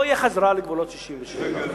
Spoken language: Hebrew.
לא תהיה חזרה לגבולות 67'. מה זה גלוי,